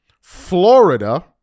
Florida